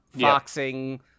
foxing